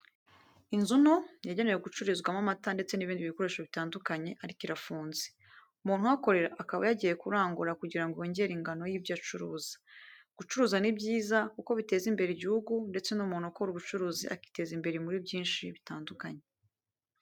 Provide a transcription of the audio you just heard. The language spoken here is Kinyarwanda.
Inzu nto, yagenewe gucururizwamo amata ndetse n'ibindi bikoresho bitandukanye ariko irafunze. umuntu uhakorera akaba yagiye kurangura kugira ngo yongere ingano y'ibyo acuruza. Gucuruza ni byiza kuko biteza imbere igihugu ndetse n'umuntu ukora ubucuruzi akiteza imbere muri byinshi bitandukanye.